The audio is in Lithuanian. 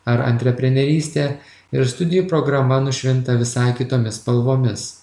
ar antreprenerystė ir studijų programa nušvinta visai kitomis spalvomis